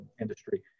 industry